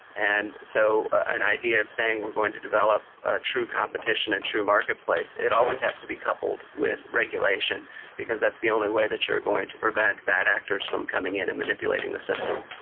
and so an idea of saying we're going to develop true competition and a true marketplace, it always has to be coupled with regulation because that's the only way that you're going to prevent bad actors from coming in and manipulating the system.